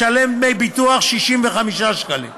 משלם דמי ביטוח 65 שקלים לחודש,